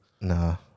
no